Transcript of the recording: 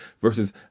versus